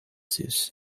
zeus